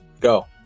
go